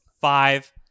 five